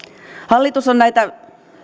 hallitus on näitä